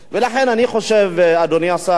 ולכן, אני חושב, אדוני השר,